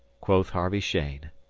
quoth harvey cheyne.